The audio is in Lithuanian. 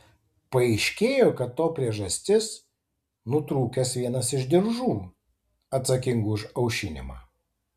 paaiškėjo kad to priežastis nutrūkęs vienas iš diržų atsakingų už aušinimą